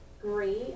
great